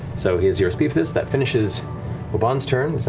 so he has zero speed for this. that finishes obann's turn.